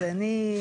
אז אני,